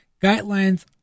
guidelines